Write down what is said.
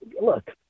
look